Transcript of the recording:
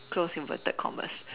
close inverted commas